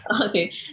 Okay